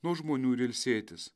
nuo žmonių ir ilsėtis